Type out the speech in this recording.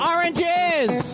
Oranges